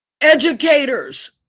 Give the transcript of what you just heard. educators